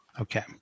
Okay